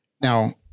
Now